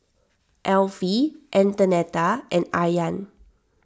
Elfie Antonetta and Ayaan